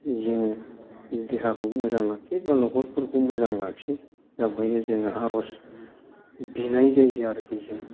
जों देहाखौबो मोजां लाखियो बा नखरफोरखौ मोजां लाखियो दा बेहायनो जों आरज बिनाय जायो आरो जों